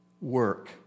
work